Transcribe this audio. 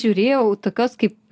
žiūrėjau tokios kaip